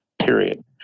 period